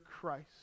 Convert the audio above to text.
Christ